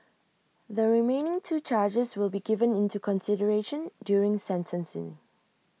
the remaining two charges will be given into consideration during sentencing